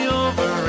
over